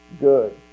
good